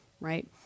right